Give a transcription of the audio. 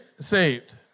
saved